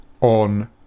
on